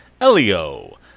Elio